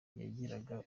yagiraga